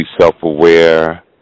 self-aware